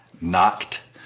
knocked